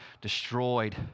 destroyed